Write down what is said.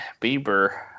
Bieber